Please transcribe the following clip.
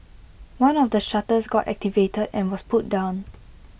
one of the shutters got activated and was pulled down